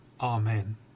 Amen